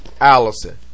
Allison